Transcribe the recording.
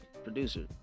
Producer